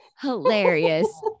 hilarious